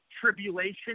Tribulation